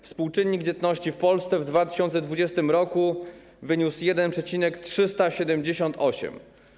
Współczynnik dzietności w Polsce w 2020 r. wyniósł 1,378.